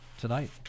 tonight